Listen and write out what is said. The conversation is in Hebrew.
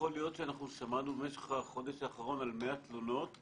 שאנחנו שמענו במשך החודש האחרון על 100 תלונות,